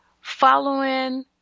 following